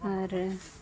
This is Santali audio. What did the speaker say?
ᱟᱨ